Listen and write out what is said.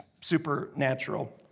supernatural